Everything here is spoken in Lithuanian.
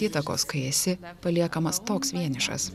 įtakos kai esi paliekamas toks vienišas